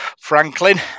Franklin